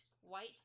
white